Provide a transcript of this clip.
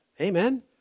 Amen